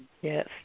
Yes